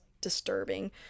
disturbing